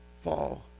fall